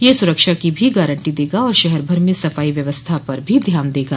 यह सुरक्षा की भी गारंटी देगा और शहर भर में सफाई व्यवस्था पर भी ध्यान देगा